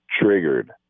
triggered